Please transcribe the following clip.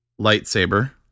lightsaber